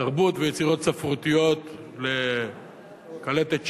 תרבות ויצירות ספרותיות לקלטת שמע,